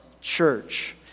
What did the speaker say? church